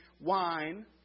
wine